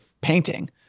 painting